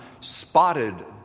spotted